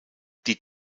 die